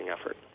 effort